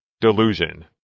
delusion